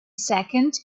second